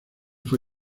fue